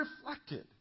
reflected